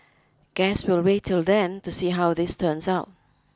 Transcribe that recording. guess we'll wait till then to see how this turns out